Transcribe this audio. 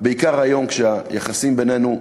בעיקר היום, כשהיחסים בינינו טיפה,